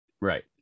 right